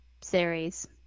series